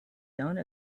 done